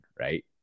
right